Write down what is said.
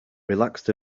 relaxed